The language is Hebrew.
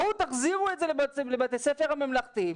בואו תחזירו את זה לבתי הספר הממלכתיים,